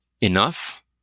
enough